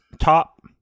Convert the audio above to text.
Top